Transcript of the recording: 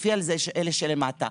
צפצפי על אלה שלמטה.